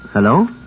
Hello